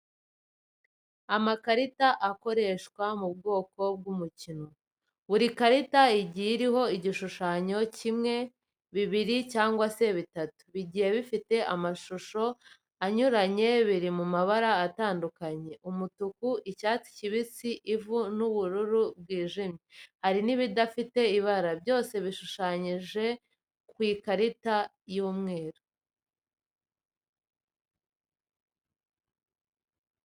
Amakarita akoreshwa mu bwoko bw'umukino, buri karita igiye iriho igishushanye kimwe, bibiri cyangwa se bitatu, bigiye bifite amashusho anyuranye, biri mu mabara atandukanye umutuku, icyatsi kibisi, ivu n'ubururu bwijimye, hari n'ibidafite ibara, byose bishushanyije ku ikarita y'umweru.